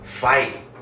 fight